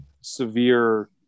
severe